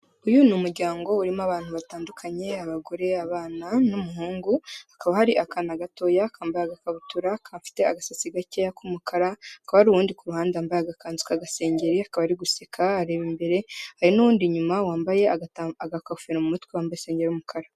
Uyu ni umuryango urimo abantu batandukanye abagore, abana n'umuhungu, hakaba hari akana gatoya akambaye agakabutura gafite agasatsi gakeya k'umukara, hakaba hari uwundi ku ruhande wambaye agakanzu k'agaseri akaba ari guseka areba imbere, hari n'uwundi inyuma wambaye agakofero mu mutwe wambaye isengeri y'umukara.